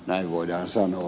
näin voidaan sanoa